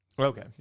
Okay